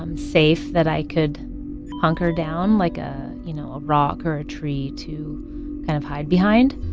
um safe that i could hunker down like a, you know, a rock or a tree to kind of hide behind.